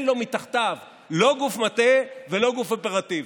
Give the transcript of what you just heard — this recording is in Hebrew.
מתחתיו לא גוף מטה ולא גוף אופרטיבי.